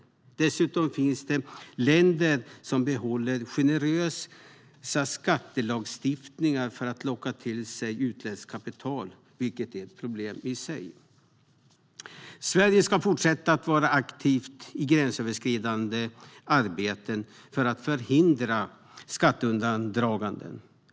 Dessutom finns det länder som behåller generösa skattelagstiftningar för att locka till sig utländskt kapital, vilket är ett problem i sig. Sverige ska fortsätta att vara aktivt i gränsöverskridande arbeten för att förhindra skatteundandragande.